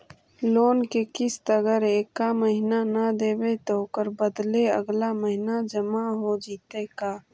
Loan के किस्त अगर एका महिना न देबै त ओकर बदले अगला महिना जमा हो जितै का?